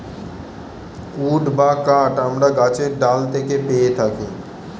would বা কাঠ আমরা গাছের ডাল থেকেও পেয়ে থাকি